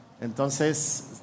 Entonces